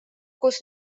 kus